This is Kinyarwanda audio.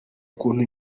kuntu